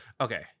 Okay